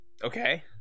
Okay